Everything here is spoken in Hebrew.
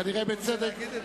כנראה בצדק,